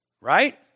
Right